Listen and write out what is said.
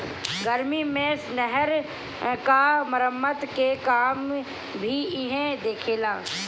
गर्मी मे नहर क मरम्मत के काम भी इहे देखेला